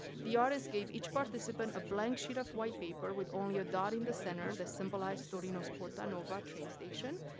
the artist gave each participant a blank sheet of white paper with only a dot in the center that symbolized torino's porta nuova train station.